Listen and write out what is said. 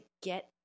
get